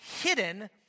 hidden